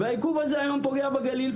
העיכוב הזה היום פוגע בגליל,